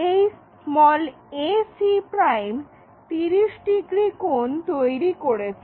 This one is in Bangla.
এই ac' 30 ডিগ্রি কোণ তৈরি করেছে